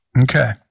okay